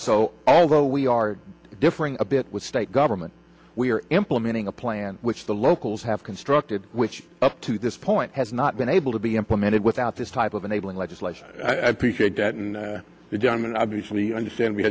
so although we are differing a bit with state government we are implementing a plan which the locals have constructed which up to this point has not been able to be implemented without this type of enabling legislation i appreciate that and the gentleman obviously understand we